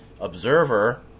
observer